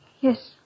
Yes